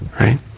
right